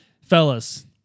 Fellas